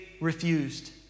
refused